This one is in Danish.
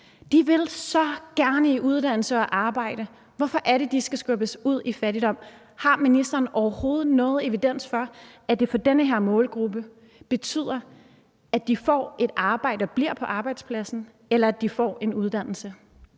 De vil så gerne i uddannelse og i arbejde. Hvorfor er det, at de skal skubbes ud i fattigdom? Har ministeren overhovedet nogen evidens for, at det for den her målgruppe betyder, at de får et arbejde og bliver på arbejdspladsen, eller at de får en uddannelse?